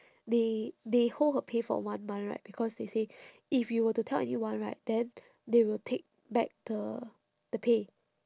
they they hold her pay for one month right because they say if you were to tell anyone right then they will take back the the pay